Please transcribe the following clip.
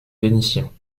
vénitiens